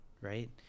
Right